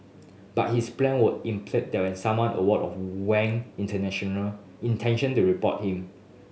but his plan were impeded when someone aware of Wang international intention reported him